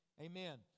Amen